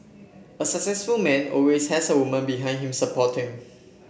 a successful man always has a woman behind him supporting